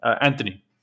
anthony